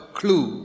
clue